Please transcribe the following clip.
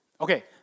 Okay